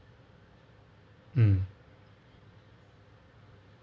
um